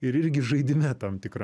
ir irgi žaidime tam tikra